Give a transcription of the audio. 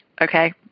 okay